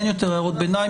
אין יותר הערות ביניים.